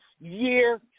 year